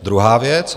Druhá věc.